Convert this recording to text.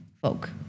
folk